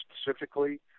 specifically